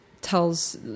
tells